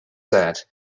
said